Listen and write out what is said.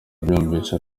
abyumvise